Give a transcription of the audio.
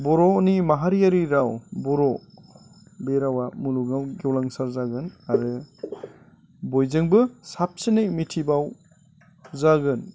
बर'नि माहारियारि राव बर' बे रावआ मुलुगाव गेवलांसार जागोन आरो बयजोंबो साबसिनै मिथिबाव जागोन